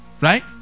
right